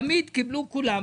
תמיד קיבלו כולם.